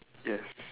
yes